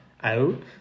out